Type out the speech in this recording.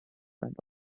went